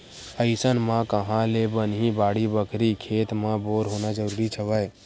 अइसन म काँहा ले बनही बाड़ी बखरी, खेत म बोर होना जरुरीच हवय